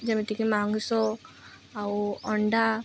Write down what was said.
ଯେମିତିକି ମାଂସ ଆଉ ଅଣ୍ଡା